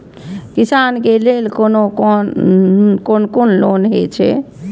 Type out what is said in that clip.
किसान के लेल कोन कोन लोन हे छे?